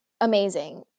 amazing